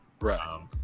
Right